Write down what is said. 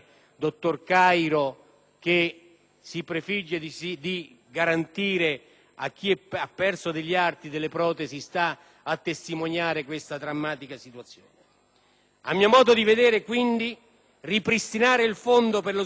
A mio modo di vedere, ripristinare il Fondo per lo sminamento umanitario e per tutti noi, onorevoli senatori, un dovere morale. Non possiamo sottrarci ad esso per tre semplici ragioni: